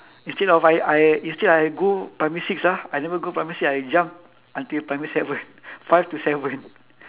instead of I I instead I go primary six ah I never go primary six I jump until primary seven five to seven